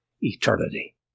eternity